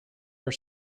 are